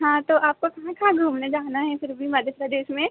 हाँ तो आपको कहाँ कहाँ घूमने जाना है फिर भी मध्य प्रदेश में